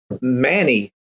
Manny